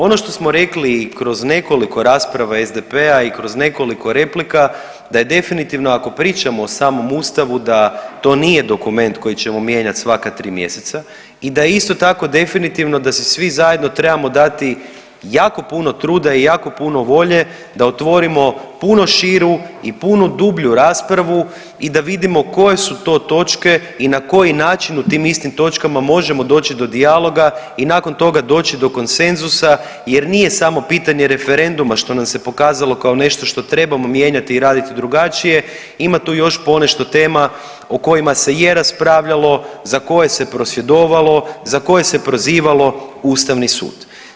Ono što smo rekli i kroz nekoliko rasprava SDP-a i kroz nekoliko replika da je definitivno ako pričamo o samom Ustavu da to nije dokument koji ćemo mijenjati svaka 3 mjeseca i da je isto tako definitivno da si svi zajedno trebamo dati jako puno truda i jako puno volje da otvorimo puno širu i puno dublju raspravu i da vidimo koje su to točke i na koji način u tim istim točkama možemo doći do dijaloga i nakon toga doći do konsenzusa jer nije samo pitanje referenduma što nam se pokazalo kao nešto što trebamo mijenjati i raditi drugačije ima tu još ponešto tema o kojima se raspravljalo, za koje se prosvjedovalo, za koje se prozivalo Ustavni sud.